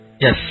Yes